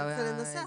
צריך לנסח את זה.